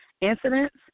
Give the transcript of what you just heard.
incidents